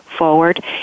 Forward